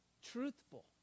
truthful